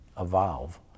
evolve